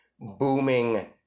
booming